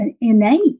innate